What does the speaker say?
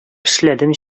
эшләдем